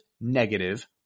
negative